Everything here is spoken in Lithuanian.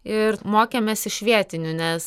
ir mokėmės iš vietinių nes